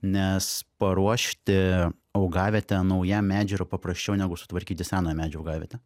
nes paruošti augavietę naujam medžiui yra paprasčiau negu sutvarkyti senojo medžio augavietę